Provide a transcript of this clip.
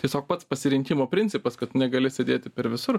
tiesiog pats pasirinkimo principas kad tu negali sėdėti per visur